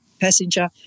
passenger